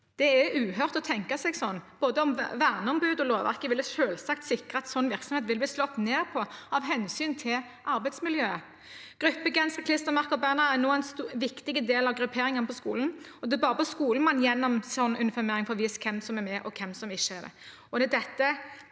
Det er uhørt å tenke seg det. Både verneombudet og lovverket ville selvsagt sikret at sånn virksomhet ville blitt slått ned på av hensyn til arbeidsmiljøet. Gruppegensere, klistremerker og bannere er nå en viktig del av grupperingen på skolen, og det er bare på skolen man gjennom en sånn uniformering får vist hvem som er med, og hvem som ikke er